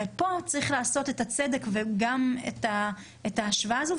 ופה צריך לעשות את הצדק וגם את ההשוואה הזו,